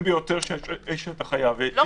ביותר שאתה חייב ויש בזה היגיון.